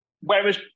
Whereas